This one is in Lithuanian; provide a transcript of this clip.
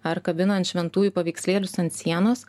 ar kabinant šventųjų paveikslėlius ant sienos